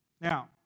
Now